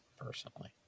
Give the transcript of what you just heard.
personally